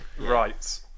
right